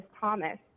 Thomas